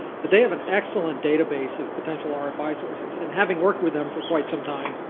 but they have an excellent database of potential ah rfi sources. and having worked with them for quite some time,